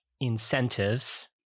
incentives